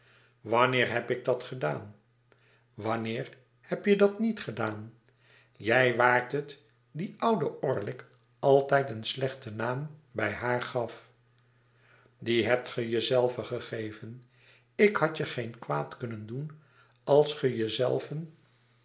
wanneer heb ik dat gedaan w t anneer heb je dat niet gedaan jij waart het die ouden orlick altijd een slechten naam bij haar gaf dien hebt ge je zelven gegeven ikhadjegeen kwaad kunnen doen als ge je zelven